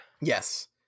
yes